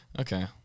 Okay